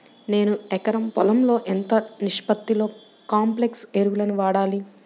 నేను ఎకరం పొలంలో ఎంత నిష్పత్తిలో కాంప్లెక్స్ ఎరువులను వాడాలి?